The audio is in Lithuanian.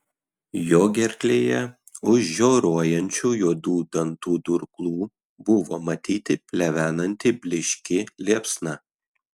jo gerklėje už žioruojančių juodų dantų durklų buvo matyti plevenanti blyški liepsna